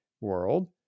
world